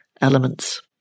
elements